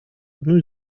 одну